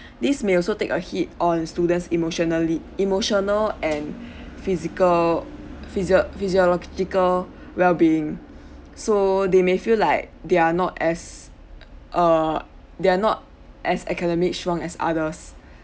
this may also take a hit on students emotionally emotional and physical physio~ physiological well-being so they may feel like they're not as err they're not as academic strong as others